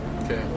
Okay